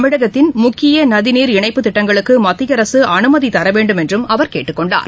தமிழகத்தின் முக்கிய நதிநீர் இணைப்புத் திட்டங்களுக்கு மத்திய அரசு அனுமதி தர வேண்டும் என்றும் அவர் கேட்டுக்கொண்டார்